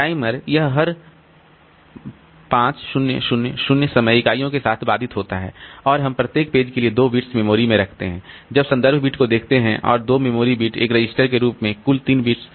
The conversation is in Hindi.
टाइमर यह हर 5 000 समय इकाइयों के बाद बाधित होता है और हम प्रत्येक पेज के लिए 2 बिट्स मेमोरी में रखते हैं जब संदर्भ बिट को देखते हैं और 2 मेमोरी बिट एक रजिस्टर के रूप में कुल 3 बिट्स